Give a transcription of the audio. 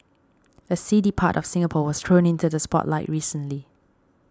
a seedy part of Singapore was thrown into the spotlight recently